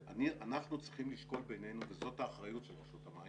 אנחנו צריכים לשקול בינינו - וזאת האחריות של רשות המים